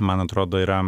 man atrodo yra